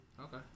Okay